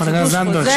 חברת הכנסת זנדברג,